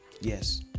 Yes